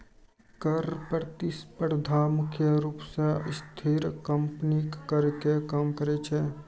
कर प्रतिस्पर्धा मुख्य रूप सं अस्थिर कंपनीक कर कें कम करै छै